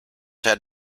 had